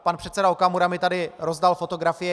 Pan předseda Okamura mi tady rozdal fotografie.